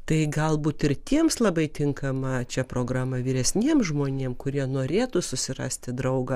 tai galbūt ir tiems labai tinkama čia programą vyresniem žmonėm kurie norėtų susirasti draugą